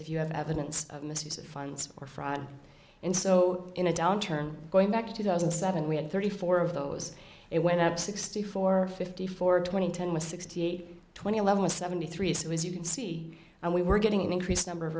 if you have evidence of misuse of funds or fraud and so in a downturn going back two thousand and seven we had thirty four of those it went up sixty four fifty four twenty ten with sixty eight twenty eleven with seventy three so as you can see and we were getting an increased number of